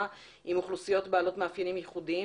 עם אוכלוסיות בעלות מאפיינים ייחודיים,